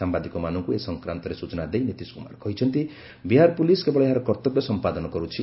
ସାମ୍ବାଦିକମାନଙ୍କ ଏ ସଂକାନ୍ତରେ ସ୍ବଚନା ଦେଇ ନୀତିଶ କୁମାର କହିଛନ୍ତି ବିହାର ପୋଲିସ୍ କେବଳ ଏହାର କର୍ତ୍ତବ୍ୟ ସମ୍ପାଦନ କରୁଛି